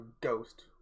Ghost